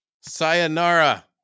Sayonara